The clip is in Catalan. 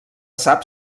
sap